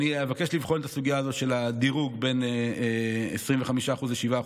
אבקש לבחון את הסוגיה הזאת של הדירוג בין 25% ל-7%.